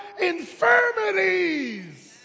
infirmities